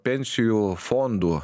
pensijų fondų